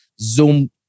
zoom